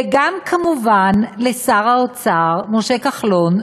וגם כמובן לשר האוצר משה כחלון,